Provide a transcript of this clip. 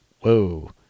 whoa